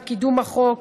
על קידום החוק,